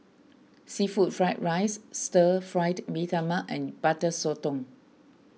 Seafood Fried Rice Stir Fried Mee Tai Mak and Butter Sotong